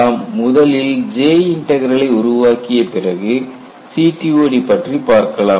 நாம் முதலில் J integral ஐ உருவாக்கிய பிறகு CTOD பற்றி பார்க்கலாம்